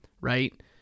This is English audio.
right